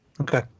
Okay